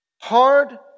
hard